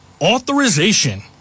authorization